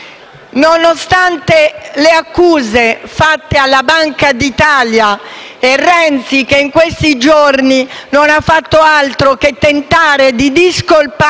Nonostante le accuse fatte alla Banca d'Italia e nonostante Renzi, in questi giorni, non abbia fatto altro che tentare di discolparsi